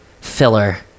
filler